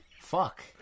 Fuck